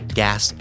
gas